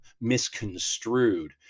misconstrued